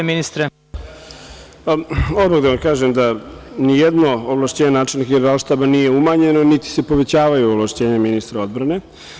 Odmah da vam kažem da ni jedno ovlašćenje načelnika Generalštaba nije umanjeno, niti se povećavaju ovlašćenja ministra odbrane.